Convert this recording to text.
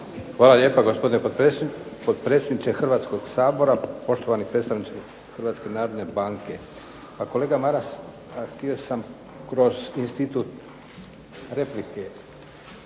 Hvala lijepo gospodine potpredsjedniče Hrvatskoga sabora, poštovani predstavnici Hrvatske narodne banke. Pa kolega Maras htio sam kroz institut replike